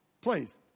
Please